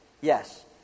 Yes